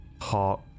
Heart